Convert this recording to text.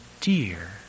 dear